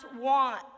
want